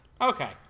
Okay